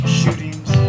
shootings